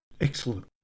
Excellent